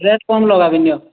rate କମ୍ ଲଗାବି ନିଅ